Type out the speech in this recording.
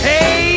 Hey